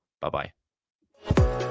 bye-bye